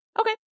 Okay